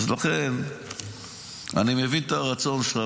לכן אני מבין את הרצון שלך,